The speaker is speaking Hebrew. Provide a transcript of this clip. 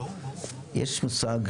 יש מושג,